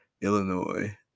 Illinois